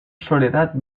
soledad